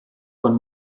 von